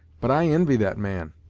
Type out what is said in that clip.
but i invy that man!